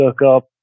lookup